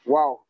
Wow